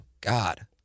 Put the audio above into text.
God